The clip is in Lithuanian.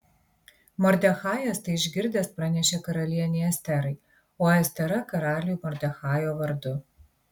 mordechajas tai išgirdęs pranešė karalienei esterai o estera karaliui mordechajo vardu